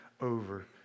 over